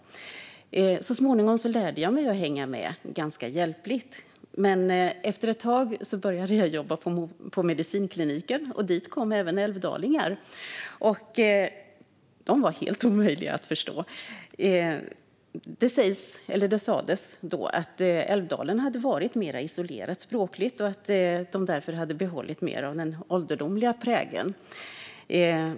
Men så småningom lärde jag mig att hänga med hjälpligt. Efter ett tag började jag jobba på medicinkliniken, och dit kom även älvdalingar. De var helt omöjliga att förstå. Det sas då att Älvdalen hade varit mer språkligt isolerat och att de därför hade behållit mer av den ålderdomliga prägeln.